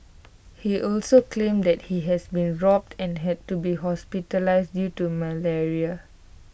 he also claimed that he has been robbed and had to be hospitalised due to malaria